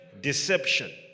deception